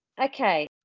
Okay